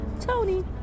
Tony